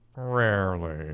rarely